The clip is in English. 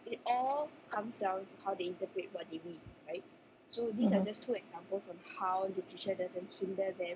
mmhmm